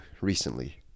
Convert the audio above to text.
recently